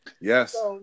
Yes